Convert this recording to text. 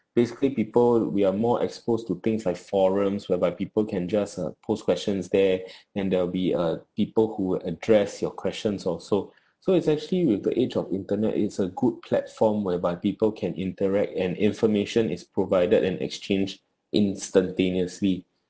basically people we are more exposed to things like forums whereby people can just uh post questions there and there will be uh people who address your questions or so so it's actually with the age of internet it's a good platform whereby people can interact and information is provided and exchanged instantaneously